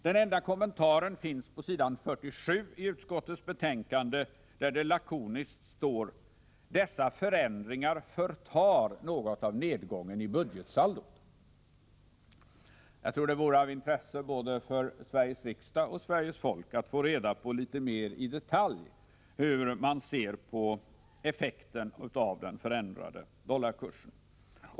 Den enda kommentaren finns på s. 47 i utskottets betänkande där det lakoniskt står: ”Dessa förändringar förtar något av nedgången i budgetsaldot.” Det vore av intresse för både Sveriges riksdag och Sveriges folk att få reda på litet mer i detalj hur man ser på effekten av den förändrade dollarkursen.